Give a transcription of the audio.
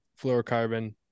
fluorocarbon